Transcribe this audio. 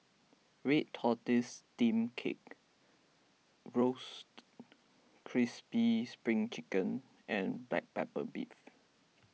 Red Tortoise Steamed Cake Roasted Crispy Spring Chicken and Black Pepper Beef